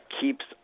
keeps